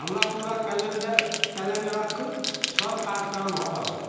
हमरा पूरा कैलेंड कैलेंडरक सभ कार्यक्रम हटाउ